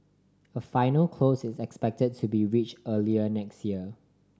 a final close is expected to be reach early next year